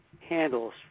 handles